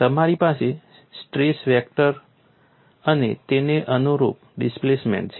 તમારી પાસે stress vector અને તેને અનુરૂપ ડિસ્પ્લેસમેંટ છે